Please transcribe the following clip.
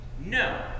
no